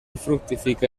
fructifica